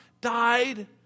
died